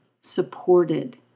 supported